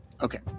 Okay